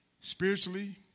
spiritually